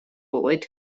oed